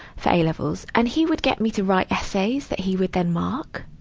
for a levels. and he would get me to write essays that he would then mark.